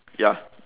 ya